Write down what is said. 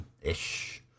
ish